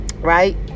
Right